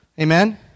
Amen